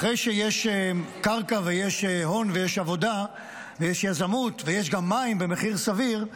אחרי שיש קרקע ויש הון ויש עבודה ויש יזמות ויש גם מים במחיר סביר,